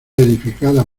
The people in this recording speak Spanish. edificada